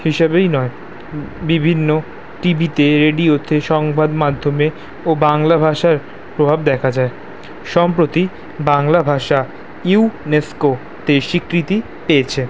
হিসেবেই নয় বিভিন্ন টি ভিতে রেডিওতে সংবাদ মাধ্যমে ও বাংলা ভাষার প্রভাব দেখা যায় সম্প্রতি বাংলা ভাষা ইউনেস্কোতে স্বীকৃতি পেয়েছে